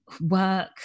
work